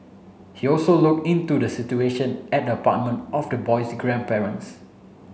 he also look into the situation at the apartment of the boy's grandparents